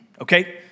okay